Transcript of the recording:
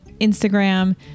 Instagram